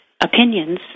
opinions